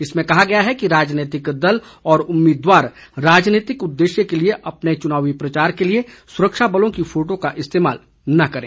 इसमें कहा गया है कि राजनीतिक दल और उम्मीदवार राजनीतिक उद्देश्य के लिए अपने चुनावी प्रचार के लिए सुरक्षा बलों की फोटों का इस्तेमाल न करें